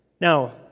Now